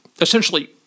essentially